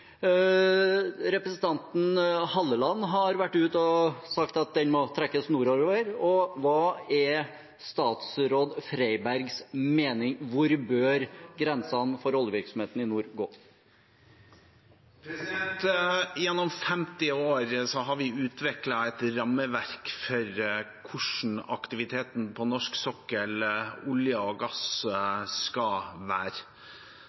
Representanten Halleland har vært ute og sagt at den må trekkes nordover. Hva er statsråd Freibergs mening – hvor bør grensene for oljevirksomheten i nord gå? Gjennom 50 år har vi utviklet et rammeverk for hvordan aktiviteten på norsk sokkel med hensyn til olje og gass skal være.